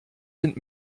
sind